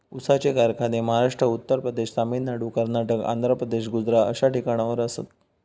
ऊसाचे कारखाने महाराष्ट्र, उत्तर प्रदेश, तामिळनाडू, कर्नाटक, आंध्र प्रदेश, गुजरात अश्या ठिकाणावर आसात